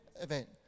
event